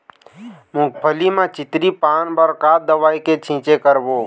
मूंगफली म चितरी पान बर का दवई के छींचे करबो?